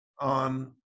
on